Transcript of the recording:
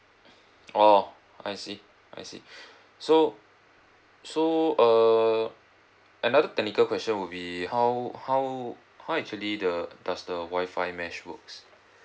orh I see I see so so err another technical question would be how how how actually the does the Wi-Fi mesh works